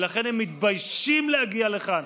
ולכן הם מתביישים להגיע לכאן.